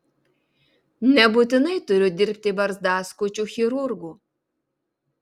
nebūtinai turiu dirbti barzdaskučiu chirurgu